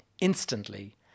instantly